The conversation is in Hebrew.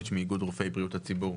מאיר יצחק הלוי ומוסי רז נמצאים כאן.